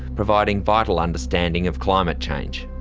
providing vital understanding of climate change.